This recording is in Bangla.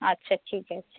আচ্ছা ঠিক আছে